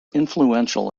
influential